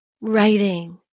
writing